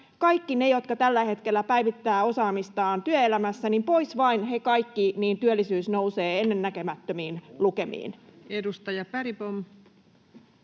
kaikki ne, jotka tällä hetkellä päivittävät osaamistaan työelämässä, niin työllisyys nousee ennennäkemättömiin lukemiin. [Speech 130]